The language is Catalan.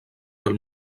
del